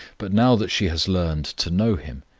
but now that she has learned to know him,